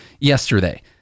yesterday